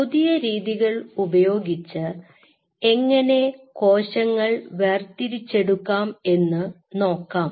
പുതിയ രീതികൾ ഉപയോഗിച്ച് എങ്ങനെ കോശങ്ങൾ വേർതിരിച്ചെടുക്കാം എന്ന് നോക്കാം